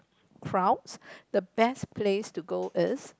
crowds the best place to go is